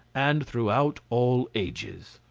and throughout all ages.